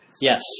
Yes